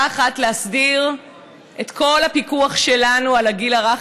להסדיר את כל הפיקוח שלנו על הגיל הרך,